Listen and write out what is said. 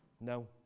no